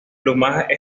plumaje